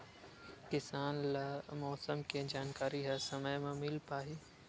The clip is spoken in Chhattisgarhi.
किसान ल मौसम के जानकारी ह समय म मिल पाही?